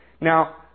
Now